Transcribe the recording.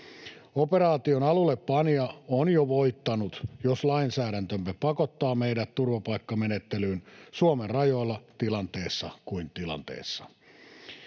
Operaation alullepanija on jo voittanut, jos lainsäädäntömme pakottaa meidät turvapaikkamenettelyyn Suomen rajoilla tilanteessa kuin tilanteessa.